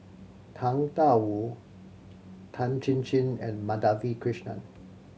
Tang Da Wu Tan Chin Chin and Madhavi Krishnan